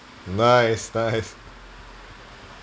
nice nice